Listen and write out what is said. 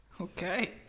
okay